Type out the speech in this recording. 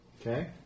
Okay